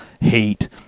hate